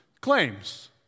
claims